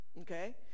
Okay